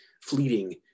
fleeting